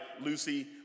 Lucy